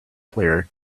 player